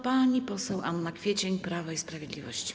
Pani poseł Anna Kwiecień, Prawo i Sprawiedliwość.